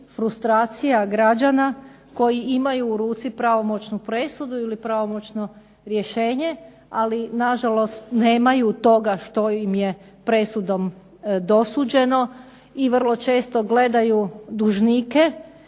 frustracija građana koji imaju u ruci pravomoćnu presudu ili pravomoćno rješenje, ali na žalost nemaju toga što im je presudom dosuđeno, i vrlo često gledaju dužnike